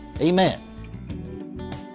Amen